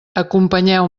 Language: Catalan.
acompanyeu